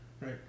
Right